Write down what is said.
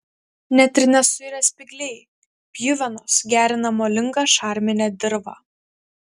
net ir nesuirę spygliai pjuvenos gerina molingą šarminę dirvą